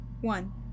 one